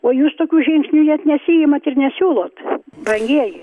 o jūs tokių žingsnių net nesiimat ir nesiūlot brangieji